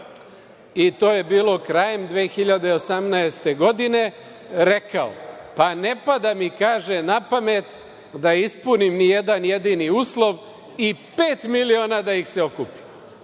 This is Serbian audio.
i to je bilo krajem 2018. godine rekao – pa, ne pada mi na pamet da ispunim ni jedan jedini uslov i pet miliona da ih se okupi.